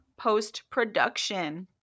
post-production